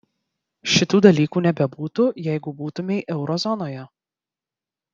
šitų dalykų nebebūtų jeigu būtumei euro zonoje